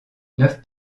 neuf